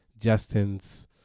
justin's